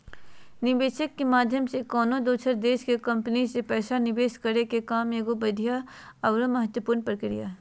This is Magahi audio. निवेशक के माध्यम से कउनो दोसर देश के कम्पनी मे पैसा निवेश करे के काम एगो बढ़िया आरो महत्वपूर्ण प्रक्रिया हय